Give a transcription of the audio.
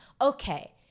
Okay